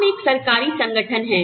हम एक सरकारी संगठन हैं